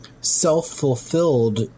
self-fulfilled